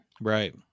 Right